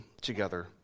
together